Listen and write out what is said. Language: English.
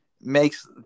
makes